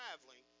traveling